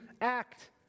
act